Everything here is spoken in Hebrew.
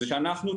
זה שאנחנו,